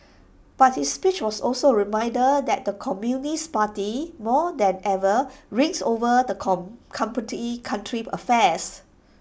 but his speech was also A reminder that the communist party more than ever reigns over the come country's affairs